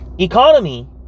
economy